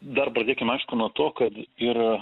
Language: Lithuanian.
dar pradėkim aišku nuo to kad ir